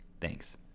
Thanks